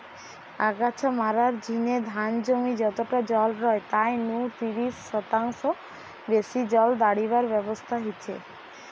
আগাছা মারার জিনে ধান জমি যতটা জল রয় তাই নু তিরিশ শতাংশ বেশি জল দাড়িবার ব্যবস্থা হিচে